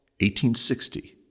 1860